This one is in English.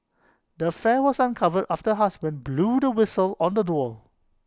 the affair was uncovered after her husband blew the whistle on the duo